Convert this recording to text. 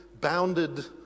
bounded